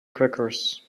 crackers